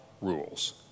rules